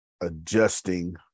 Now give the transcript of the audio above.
adjusting